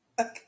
Okay